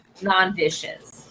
non-vicious